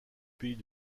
pays